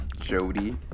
Jody